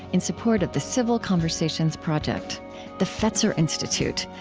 in support of the civil conversations project the fetzer institute,